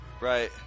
right